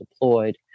deployed